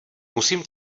musím